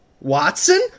Watson